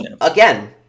Again